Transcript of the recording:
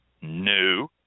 new